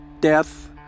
death